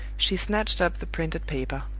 she snatched up the printed paper.